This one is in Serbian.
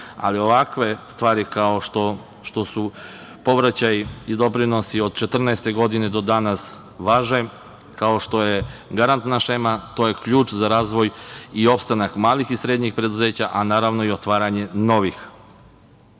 Ovakve stvari kao što su povraćaj i doprinosi od 2014. godine do danas važe, kao što je garantna šema. To je ključ za razvoj i opstanak malih i srednjih preduzeća, a naravno i otvaranje novih. Mogu